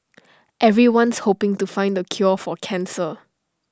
everyone's hoping to find the cure for cancer